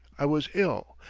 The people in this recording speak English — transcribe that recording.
i was ill,